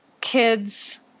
kids